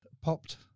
popped